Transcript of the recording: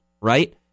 right